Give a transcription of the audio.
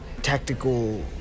tactical